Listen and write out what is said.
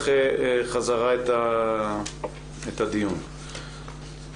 בקשה לדיון מחדש לפי סעיף 115 לתקנון